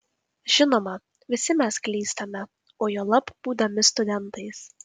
žinoma visi mes klystame o juolab būdami studentais